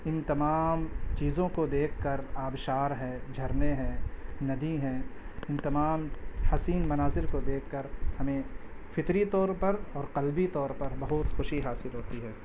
ان تمام چیزوں کو دیکھ کر آبشار ہے جھرنے ہیں ندی ہیں ان تمام حسین مناظر کو دیکھ کر ہمیں فطری طور پر اور قلبی طور پر بہت خوشی حاصل ہوتی ہے